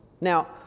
Now